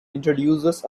introduces